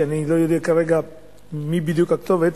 ואני לא יודע כרגע מי בדיוק הכתובת,